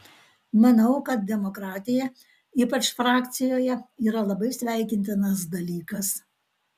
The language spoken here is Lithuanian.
manau kad demokratija ypač frakcijoje yra labai sveikintinas dalykas